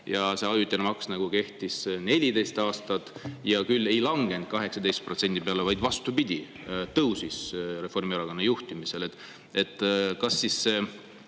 ajad. See ajutine maks kehtis 14 aastat ja küll ei langenud 18% peale, vaid vastupidi – tõusis Reformierakonna juhtimisel. Kas siis see